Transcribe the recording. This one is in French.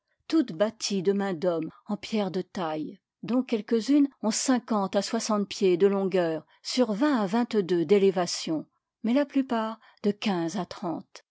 toute bâtie de mains d'hommes en pierres de taille dont quelques-unes ont cinquante à soixante pieds de longueur sur vingt à vingt-deux d'élévation mais la plupart de quinze à trente